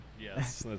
yes